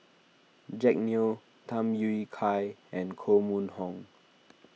Jack Neo Tham Yui Kai and Koh Mun Hong